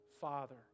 Father